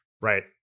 Right